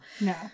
No